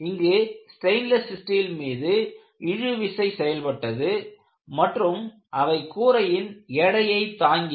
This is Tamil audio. இங்கு ஸ்டெயின்லெஸ் ஸ்டீல் மீது இழுவிசை செயல்பட்டது மற்றும் அவை கூரையின் எடையை தாங்கின